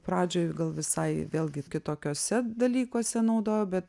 pradžioj gal visai vėlgi kitokiuose dalykuose naudojau bet